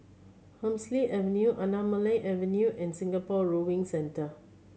Hemsley Avenue Anamalai Avenue and Singapore Rowing Centre